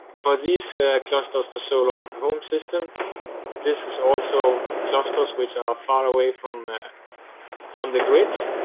for these clusters for solo home systems this is also clusters which are far away from the from the grids,